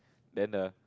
then the